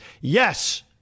yes